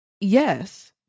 yes